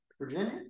Virginia